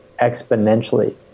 exponentially